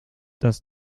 dass